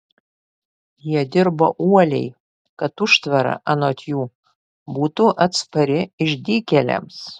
jie dirbo uoliai kad užtvara anot jų būtų atspari išdykėliams